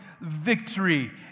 victory